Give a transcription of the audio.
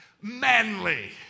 manly